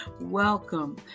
Welcome